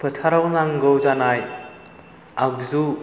फोथाराव नांगौ जानाय आगजु